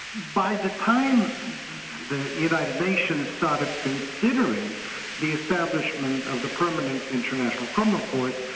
by the time the united nations started considering the establishment of the permanent international criminal court,